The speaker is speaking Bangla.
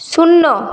শূন্য